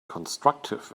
constructive